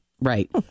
right